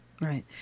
Right